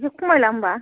एसे खमायला होनब्ला